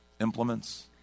implements